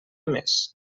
més